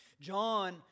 john